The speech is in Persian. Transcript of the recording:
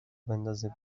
بندازه